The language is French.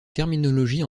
terminologie